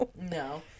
No